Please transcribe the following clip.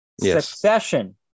Succession